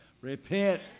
Repent